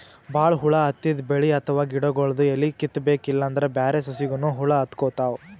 ಭಾಳ್ ಹುಳ ಹತ್ತಿದ್ ಬೆಳಿ ಅಥವಾ ಗಿಡಗೊಳ್ದು ಎಲಿ ಕಿತ್ತಬೇಕ್ ಇಲ್ಲಂದ್ರ ಬ್ಯಾರೆ ಸಸಿಗನೂ ಹುಳ ಹತ್ಕೊತಾವ್